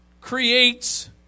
creates